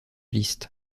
liszt